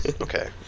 okay